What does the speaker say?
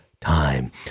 time